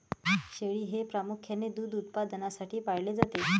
शेळी हे प्रामुख्याने दूध उत्पादनासाठी पाळले जाते